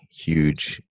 huge